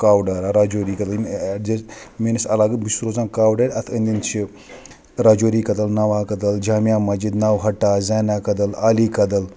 کاوڈارا راجوری کدٕل یِم ایڈجی میٲنِس علاقَس بہٕ چھُس روزان کاوڈارِ ا تھ أنٛدۍ أنٛدۍ چھِ راجوری کدٕل نَوا کدٕل جامعہ مَسجد نَوہَٹا زینا کدٕل عالی کدٕل